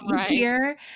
easier